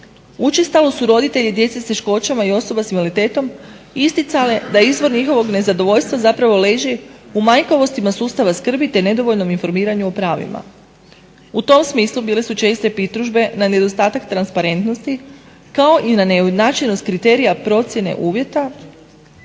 Učestalo su roditelji djece s teškoćama i osoba sa invaliditetom isticale da ishod njihovog nezadovoljstva zapravo leži u manjkavosti sustava skrbi, te nedovoljnom informiranju o pravima. U tom smislu bile su česte i pritužbe na nedostatak netransparentnosti kao i na neujednačenost kriterija procjene uvjeta